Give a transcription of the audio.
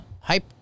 Hype